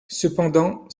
cependant